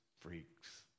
freaks